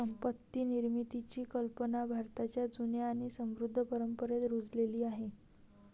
संपत्ती निर्मितीची कल्पना भारताच्या जुन्या आणि समृद्ध परंपरेत रुजलेली आहे